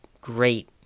great